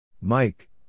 Mike